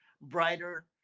brighter